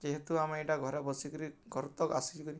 ଯେହେତୁ ଆମେ ଇ'ଟା ଘରେ ବସିକରି ଘର୍ ତକ୍ ଆସିକରି